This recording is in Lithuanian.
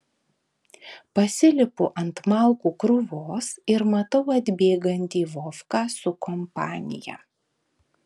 pasilipu ant malkų krūvos ir matau atbėgantį vovką su kompanija